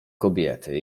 kobiety